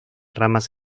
ramas